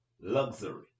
luxury